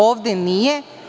Ovde nije.